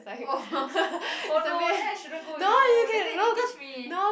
oh oh no then I shouldn't go with you later you need teach me